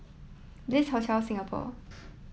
Bliss Hotel Singapore